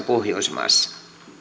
pohjoismaassa